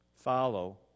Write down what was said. Follow